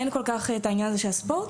אין כל כך את העניין הזה של הספורט.